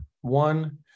One